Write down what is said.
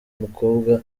mukobwa